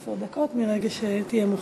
עשר דקות מרגע שתהיה מוכן.